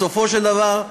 בסופו של דבר,